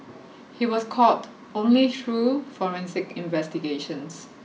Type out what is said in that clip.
he was caught only through Forensic Investigations